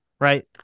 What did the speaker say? Right